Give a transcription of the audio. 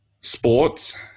sports